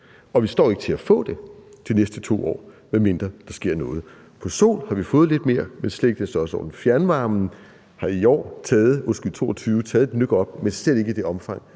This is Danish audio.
vi står ikke til at få det de næste 2 år, medmindre der sker noget. Af solenergi har vi fået lidt mere, men slet ikke i den størrelsesorden, der skal til. Fjernvarmen har i 2022 fået et nøk op, men slet ikke i det omfang,